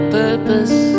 purpose